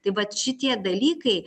tai vat šitie dalykai